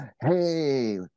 hey